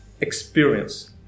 experience